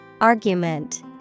Argument